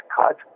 cut